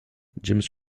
james